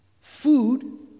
Food